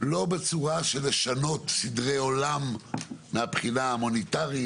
לא בצורה של לשנות סדרי עולם מהבחינה ההומניטרית,